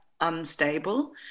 unstable